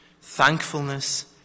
Thankfulness